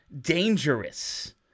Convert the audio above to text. dangerous